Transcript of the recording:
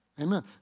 Amen